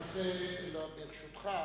ברשותך,